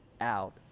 out